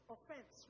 Offense